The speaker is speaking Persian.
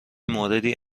موردی